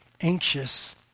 anxious